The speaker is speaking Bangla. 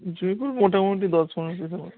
জুঁই ফুল মোটামুটি দশ পনেরো পিসের মতো